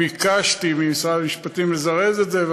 ביקשתי ממשרד המשפטים לזרז את זה,